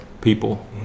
people